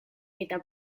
eta